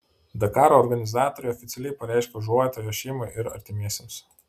dakaro organizatoriai oficialiai pareiškė užuojautą jo šeimai ir artimiesiems